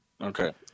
Okay